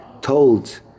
told